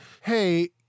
hey